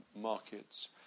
markets